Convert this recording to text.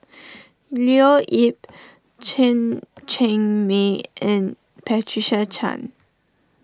Leo Yip Chen Cheng Mei and Patricia Chan